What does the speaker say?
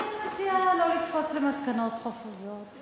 אני מציעה לא לקפוץ למסקנות חפוזות.